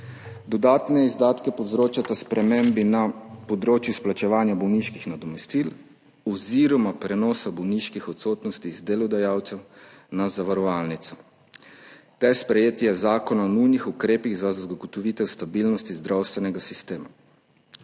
Dodatne izdatke povzročata spremembi na področju izplačevanja bolniških nadomestil oziroma prenosa bolniških odsotnosti z delodajalcev na zavarovalnico ter sprejetje Zakona o nujnih ukrepih za zagotovitev stabilnosti zdravstvenega sistema.